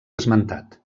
esmentat